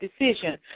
decision